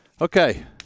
Okay